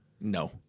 No